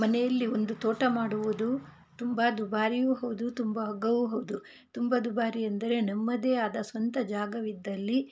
ಮನೆಯಲ್ಲಿ ಒಂದು ತೋಟ ಮಾಡುವುದು ತುಂಬ ದುಬಾರಿಯೂ ಹೌದು ತುಂಬ ಅಗ್ಗವೂ ಹೌದು ತುಂಬ ದುಬಾರಿಯೆಂದರೆ ನಮ್ಮದೇ ಆದ ಸ್ವಂತ ಜಾಗವಿದ್ದಲ್ಲಿ